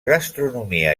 gastronomia